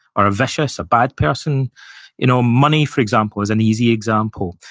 or a vicious, a bad person you know money, for example, is an easy example.